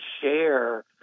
share